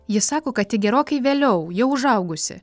ji sako kad tik gerokai vėliau jau užaugusi